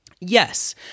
Yes